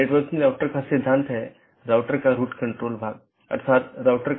network layer reachability की जानकारी जिसे NLRI के नाम से भी जाना जाता है